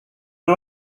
you